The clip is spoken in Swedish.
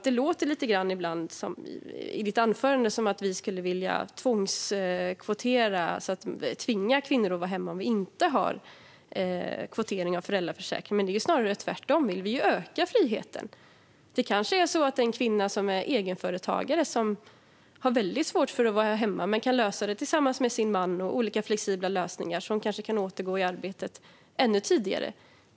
Det lät lite grann i Nooshi Dadgostars anförande som att vi skulle vilja tvinga kvinnor att vara hemma om vi inte har kvotering av föräldraförsäkringen, men det är snarare tvärtom. Vi vill öka friheten. En kvinna som är egenföretagare har kanske väldigt svårt att vara hemma men kan lösa det tillsammans med sin man och olika flexibla lösningar så att hon kan återgå till arbetet ännu tidigare.